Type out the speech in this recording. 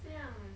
这样